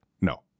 No